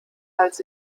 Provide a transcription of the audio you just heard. als